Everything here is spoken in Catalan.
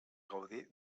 gaudir